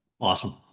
Awesome